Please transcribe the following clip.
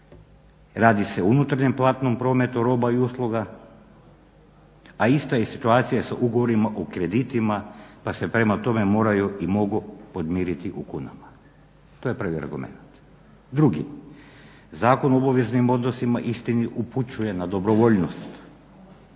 radi se o unutarnjem platnom prometu roba i usluga, a ista je situacija sa ugovorima o kreditima pa s prema tome moraju i mogu podmiriti u kunama. To je prvi argument. Drugi, Zakon o obveznim odnosima istina upućuje na dobrovoljnost